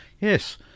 Yes